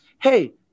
Hey